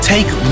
Take